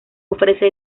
ofrece